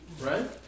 right